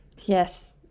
Yes